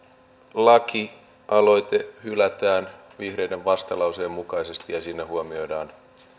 lakialoite hylätään vihreiden vastalauseen mukaisesti ja siinä huomioidaan